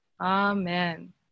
Amen